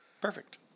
Perfect